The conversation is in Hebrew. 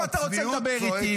אם אתה רוצה לדבר איתי --- לא,